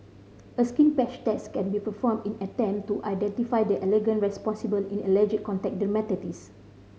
a skin patch test can be performed in attempt to identify the allergen responsible in allergic contact dermatitis